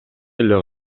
эле